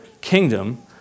kingdom